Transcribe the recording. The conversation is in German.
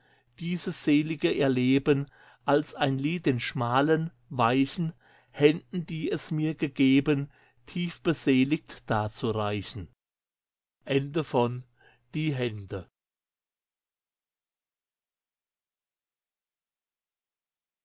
dieses selige erleben als ein lied den schmalen weichen händen die es mir gegeben tiefbeseligt darzureichen